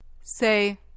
Say